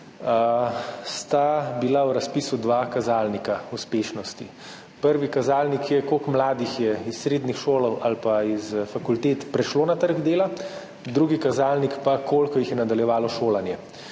sta bila v razpisu dva kazalnika uspešnosti. Prvi kazalnik je, koliko mladih je iz srednjih šol ali pa iz fakultet prešlo na trg dela, drugi kazalnik pa, koliko jih je nadaljevalo šolanje.